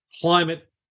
climate